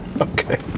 Okay